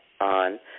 on